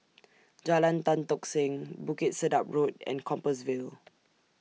Jalan Tan Tock Seng Bukit Sedap Road and Compassvale